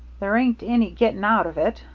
there ain't any getting out of it.